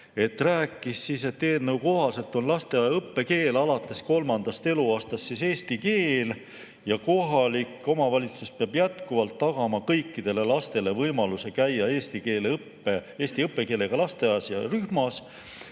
rääkis, et eelnõu kohaselt on lasteaia õppekeel alates kolmandast eluaastast eesti keel ja kohalik omavalitsus peab jätkuvalt tagama kõikidele lastele võimaluse käia eesti õppekeelega lasteaias või rühmas.